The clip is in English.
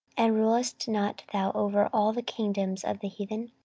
and rulest not thou over all the kingdoms of the heathen?